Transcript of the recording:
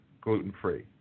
gluten-free